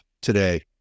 today